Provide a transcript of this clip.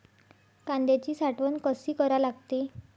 कांद्याची साठवन कसी करा लागते?